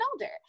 older